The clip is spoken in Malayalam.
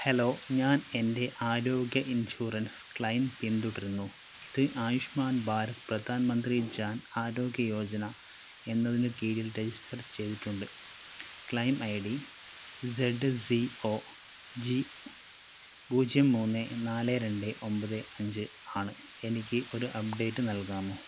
ഹലോ ഞാൻ എൻ്റെ ആരോഗ്യ ഇൻഷുറൻസ് ക്ലെയിം പിന്തുടരുന്നു ഇത് ആയുഷ്മാൻ ഭാരത് പ്രധാൻ മന്ത്രി ജാൻ ആരോഗ്യ യോജന എന്നതിന് കീഴിൽ രജിസ്റ്റർ ചെയ്തിട്ടുണ്ട് claim I D Z C O G പൂജ്യം മൂന്ന് നാല് രണ്ട് ഒമ്പത് അഞ്ച് ആണ് എനിക്ക് ഒരു അപ്ഡേറ്റ് നൽകാമോ